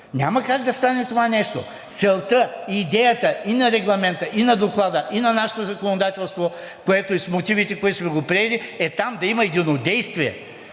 Няма как да стане това нещо. Целта, идеята и на Регламента, и на Доклада, и на нашето законодателство с мотивите, с които сме го приели, е там да има единодействие,